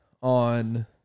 on